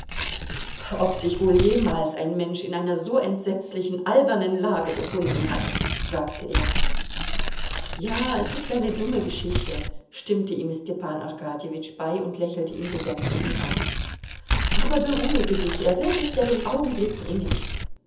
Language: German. ob sich wohl jemals ein mensch in einer so entsetzlichen albernen lage befunden hat sagte er ja es ist eine dumme geschichte stimmte ihm stepan arkadjewitsch bei und lächelte ihn besänftigend an aber beruhige dich er wird es ja den augenblick bringen